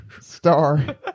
star